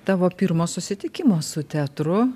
tavo pirmo susitikimo su teatru